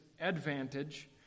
advantage